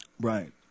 Right